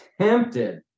tempted